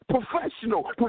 professional